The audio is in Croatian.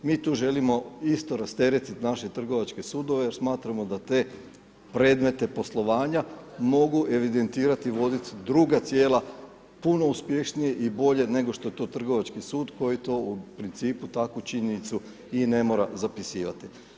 Mi tu želimo isto rasteretiti naše Trgovačke sudove, jer smatramo da te predmete poslovanja mogu evidentirati i vodit' druga Tijela, puno uspješnije i bolje nego što to Trgovački sud, koji to u principu, takvu činjenicu i ne mora zapisivati.